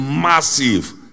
massive